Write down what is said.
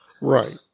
Right